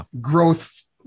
growth